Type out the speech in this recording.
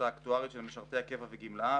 האקטוארית של משרתי הקבע וגמלאיו,